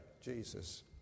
Jesus